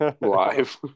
live